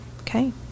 Okay